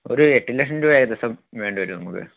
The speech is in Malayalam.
ഒരു എട്ട് ലക്ഷം രൂപ വേണ്ടി വരും നമുക്ക്